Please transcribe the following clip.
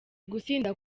gusinda